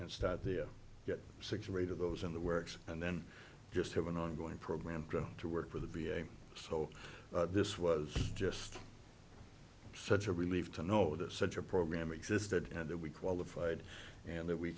and start the get six or eight of those in the works and then just have an ongoing program to work for the v a so this was just such a relief to know that such a program existed and that we qualified and that we